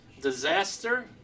Disaster